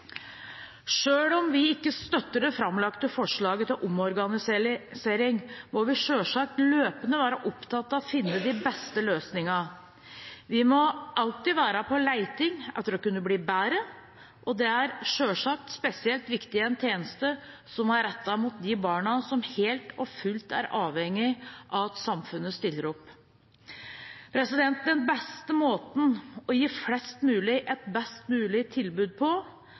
om vi ikke støtter det framlagte forslaget til omorganisering, må vi selvsagt løpende være opptatt av å finne de beste løsningene. Vi må alltid være på leting etter å kunne bli bedre, og det er selvsagt spesielt viktig i en tjeneste som er rettet mot de barna som helt og fullt er avhengige av at samfunnet stiller opp. Den beste måten å gi flest mulig et best mulig tilbud på